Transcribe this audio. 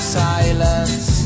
silence